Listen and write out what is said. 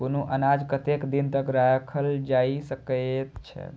कुनू अनाज कतेक दिन तक रखल जाई सकऐत छै?